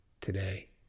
today